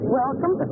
welcome